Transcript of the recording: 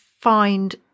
find